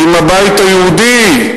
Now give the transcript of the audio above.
עם הבית היהודי,